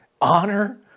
honor